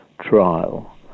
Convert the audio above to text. trial